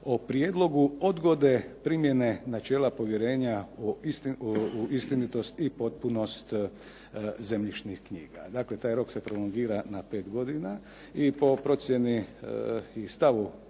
o prijedlogu odgode primjene načela povjerenja o istinitosti i postupnost zemljišnih knjiga. Dakle, taj rok se prolongira na 5 godina i po procjeni i stavu